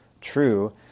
true